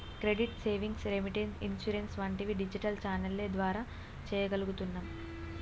credit, savings, remittance, insurance వంటివి digital ఛానెల్ల ద్వారా చెయ్యగలుగుతున్నాం